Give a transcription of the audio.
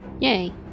Yay